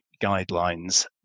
guidelines